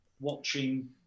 watching